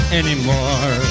anymore